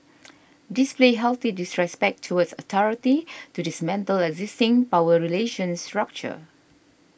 display healthy disrespect towards authority to dismantle existing power relations structure